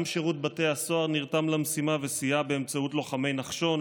גם שירות בתי הסוהר נרתם למשימה וסייע באמצעות לוחמי נחשון,